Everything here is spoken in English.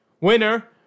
Winner